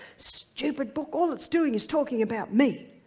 stupid book, all it's doing is talking about me.